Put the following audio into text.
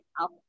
up